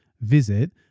visit